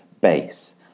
base